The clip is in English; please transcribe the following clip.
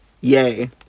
Yay